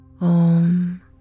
Om